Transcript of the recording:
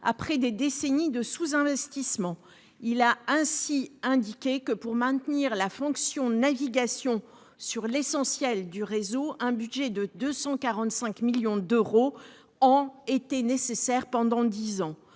après des décennies de sous-investissement. Plus précisément, le COI estime que, pour maintenir la fonction de navigation sur l'essentiel du réseau, un budget de 245 millions d'euros par an serait nécessaire pendant dix ans-